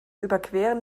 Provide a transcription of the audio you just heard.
überqueren